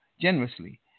generously